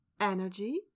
energy